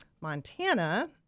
Montana